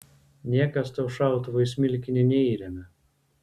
niekas tau šautuvo į smilkinį neįremia